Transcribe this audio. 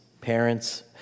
parents